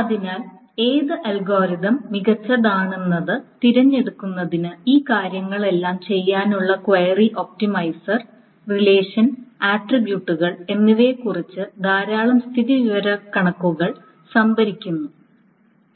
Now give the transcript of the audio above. അതിനാൽ ഏത് അൽഗോരിതം മികച്ചതാണെന്നത് തിരഞ്ഞെടുക്കുന്നതിന് ഈ കാര്യങ്ങളെല്ലാം ചെയ്യാനുള്ള ക്വയറി ഒപ്റ്റിമൈസർ റിലേഷൻ ആട്രിബ്യൂട്ടുകൾ എന്നിവയെക്കുറിച്ച് ധാരാളം സ്ഥിതിവിവരക്കണക്കുകൾ സംഭരിക്കുന്നു